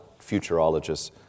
futurologists